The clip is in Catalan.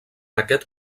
aquest